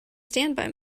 standby